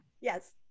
Yes